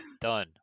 done